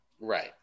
right